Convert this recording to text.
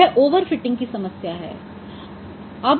यह overfitting की समस्या है